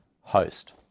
host